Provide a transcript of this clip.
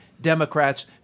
Democrats